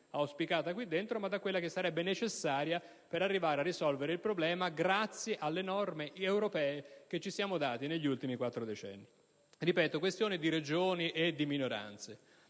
auspicata qui dentro, ma anche a quella necessaria per arrivare a risolvere il problema grazie alle norme europee che ci siamo dati negli ultimi quattro decenni. Si tratta, quindi, di questioni di regioni e di minoranze.